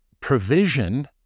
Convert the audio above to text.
provision